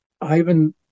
Ivan